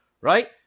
right